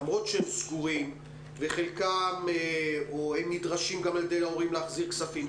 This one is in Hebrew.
למרות שהם סגורים וחלקם נדרשים גם על ידי ההורים להחזיר כספים,